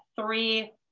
three